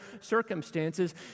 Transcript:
circumstances